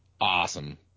awesome